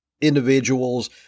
individuals